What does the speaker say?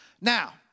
Now